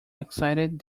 excited